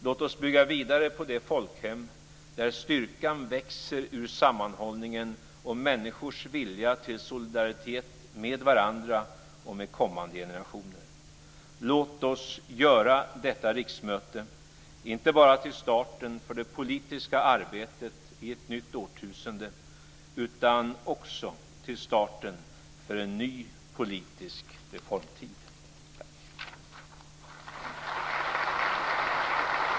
Låt oss bygga vidare på det folkhem där styrkan växer ur sammanhållningen och människors vilja till solidaritet med varandra och med kommande generationer. Låt oss göra detta riksmöte inte bara till starten för det politiska arbetet i ett nytt årtusende, utan också till starten för en ny politisk reformtid.